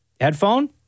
headphone